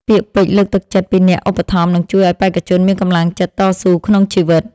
ពាក្យពេចន៍លើកទឹកចិត្តពីអ្នកឧបត្ថម្ភនឹងជួយឱ្យបេក្ខជនមានកម្លាំងចិត្តតស៊ូក្នុងជីវិត។